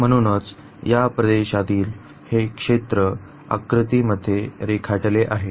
म्हणूनच या प्रदेशातील हे क्षेत्र आकृती मध्ये रेखाटले आहे